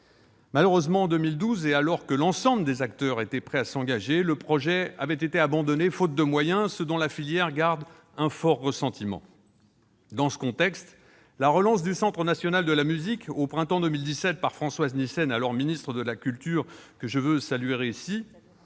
Malheureusement, en 2012, alors que l'ensemble des acteurs étaient prêts à s'engager, le projet avait été abandonné, faute de moyens ; la filière en garde un fort ressentiment. Dans ce contexte, la relance du projet du Centre national de la musique au printemps de 2017 par Françoise Nyssen, alors ministre de la culture, que je veux saluer ici,